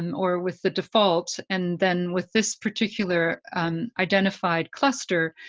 and or with the default and then with this particular identified cluster,